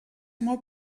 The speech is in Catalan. molt